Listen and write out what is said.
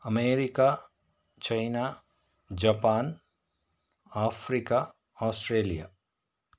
America China Japan Africa Australia